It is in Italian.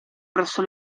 presso